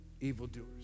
evildoers